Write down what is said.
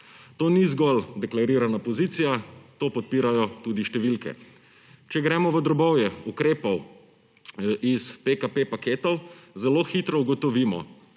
To ni zgolj deklarirana pozicija, to podpirajo tudi številke. Če gremo v drobovje ukrepov iz PKP paketov, zelo hitro ugotovimo,